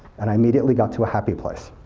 and i immediately got too happy place.